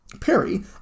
Perry